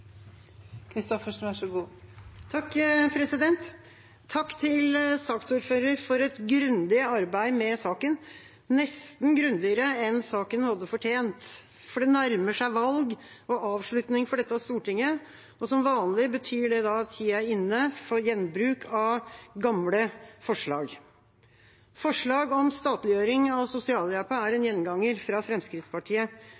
Takk til saksordføreren for et grundig arbeid med saken, nesten grundigere enn saken hadde fortjent. For det nærmer seg valg og avslutning for dette stortinget, og som vanlig betyr det at tida er inne for gjenbruk av gamle forslag. Forslag om statliggjøring av sosialhjelpen er